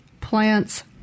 plants